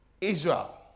Israel